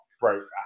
Broke